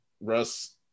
Russ